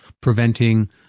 preventing